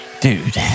dude